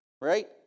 right